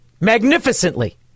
magnificently